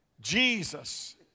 Jesus